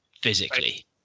physically